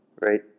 right